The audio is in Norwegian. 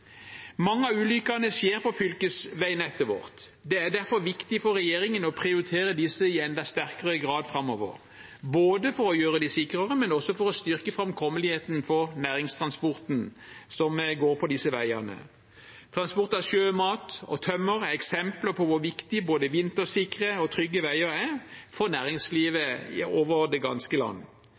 Mange av ulykkene skjer på fylkesveinettet vårt. Det er derfor viktig for regjeringen å prioritere disse i enda sterkere grad framover, både for å gjøre dem sikrere og for å styrke framkommeligheten for næringstransporten som går på disse veiene. Transport av sjømat og tømmer er eksempler på hvor viktig veier som er både vintersikre og trygge, er for næringslivet over det ganske land.